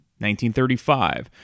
1935